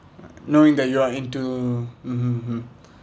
uh knowing that you are into mmhmm mmhmm